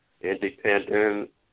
Independent